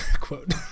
quote